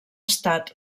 estat